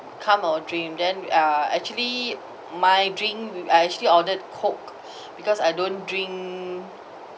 come our drink then uh actually my drink we I actually ordered coke because I don't drink